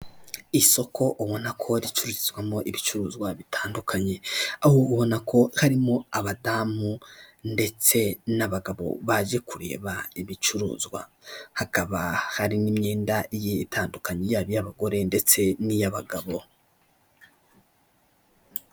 Isoko ubona ko ricurizwamo ibicuruzwa bitandukanye, aho ubona ko harimo abadamu ndetse n'abagabo baje kureba ibicuruzwa, hakaba hari n'imyenda igiye itandukanye yaba iy'abagore ndetse n'iy'abagabo.